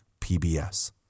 PBS